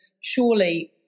surely